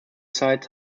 site